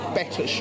better